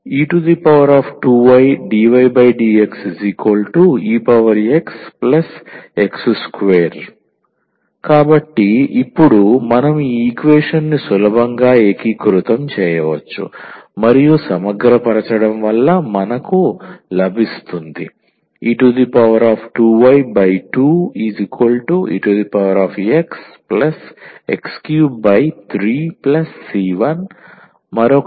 e2ydydxexx2 కాబట్టి ఇప్పుడు మనం ఈ ఈక్వేషన్ని సులభంగా ఏకీకృతం చేయవచ్చు మరియు సమగ్రపరచడం వల్ల మనకు లభిస్తుంది